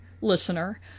listener